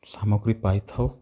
ସାମଗ୍ରୀ ପାଇଥାଉ